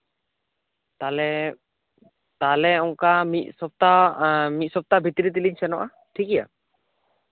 ᱛᱟᱦᱚᱞᱮ ᱛᱟᱦᱞᱮ ᱚᱱᱠᱟ ᱢᱤᱫ ᱥᱚᱯᱛᱟ ᱢᱤᱫ ᱥᱚᱯᱛᱟ ᱵᱷᱤᱛᱛᱨᱤ ᱛᱮᱞᱮᱧ ᱥᱮᱱᱚᱜᱼᱟ ᱴᱷᱤᱠ ᱜᱮᱭᱟ